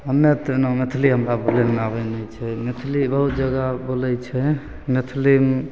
हमे तऽ ने मैथिली हमरा बोलय नहि आबय नहि छै मैथिली बहुत जगह बोलय छै मैथिलीमे